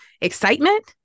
excitement